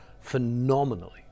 phenomenally